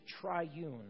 triune